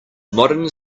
modern